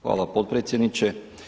Hvala potpredsjedniče.